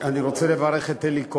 אני רוצה לברך את אלי כהן.